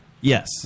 Yes